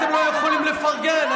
אתם לא יכולים לפרגן.